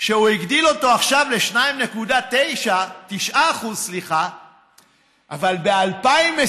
זה שהוא הגדיל אותו עכשיו ל-2.9% אבל ב-2020,